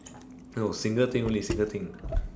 no single thing only single thing